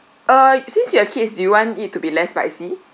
uh since you have kids do you want it to be less spicy